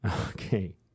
Okay